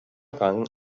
rang